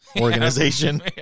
organization